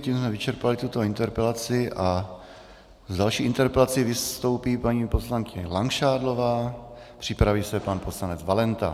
Tím jsme vyčerpali tuto interpelaci a s další interpelací vystoupí paní poslankyně Langšádlová, připraví se pan poslanec Valenta.